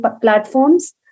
platforms